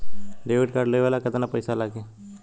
Debit card लेवे ला केतना पईसा लागी?